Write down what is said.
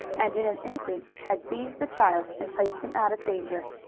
and in an instant had seized the child and placed him out of danger.